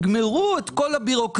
כשתגמרו לסדר את כל הבירוקרטיה,